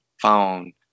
phone